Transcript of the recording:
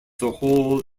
hall